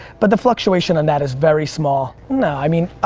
but the fluctuation on that is very small. no, i mean,